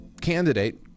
candidate